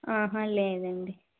లేదండీ